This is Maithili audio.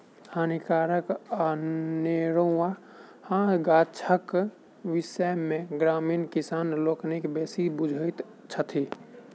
हानिकारक अनेरुआ गाछक विषय मे ग्रामीण किसान लोकनि बेसी बुझैत छथि